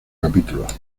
capítulos